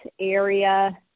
area